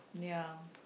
ya